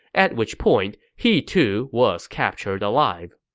at which point he too was captured alive